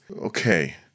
okay